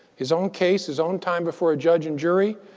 his own case, his own time before a judge and jury,